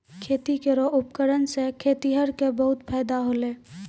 खेती केरो उपकरण सें खेतिहर क बहुत फायदा होलय